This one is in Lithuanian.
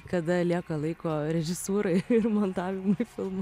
kada lieka laiko režisūrai ir montavimui filmų